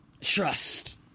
trust